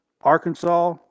arkansas